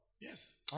yes